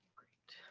great.